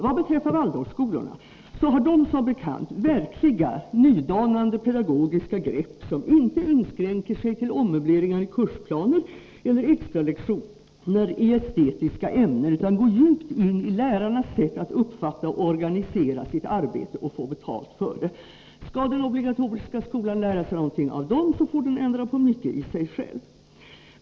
Waldorfskolorna har som bekant verkliga, nydanande pedagogiska grepp, som inte inskränker sig till ommöbleringar i kursplaner eller extralektioner i estetiska ämnen utan går djupt in i lärarnas sätt att uppfatta och organisera sitt arbete och få betalt för det. Skall den obligatoriska skolan lära sig något av den, får den ändra på mycket i sig själv.